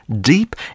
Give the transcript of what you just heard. deep